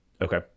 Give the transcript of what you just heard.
okay